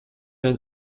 vien